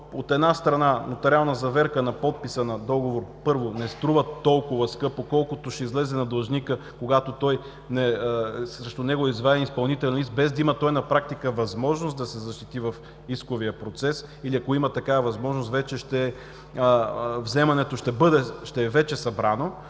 от една страна, нотариална заверка на подписа на договор, първо, не струва толкова скъпо, колкото ще излезе на длъжника, когато срещу него е изваден изпълнителен лист, без да има на практика възможност да се защити в исковия процес, или ако има такава възможност, вземането вече ще е събрано.